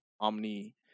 Omni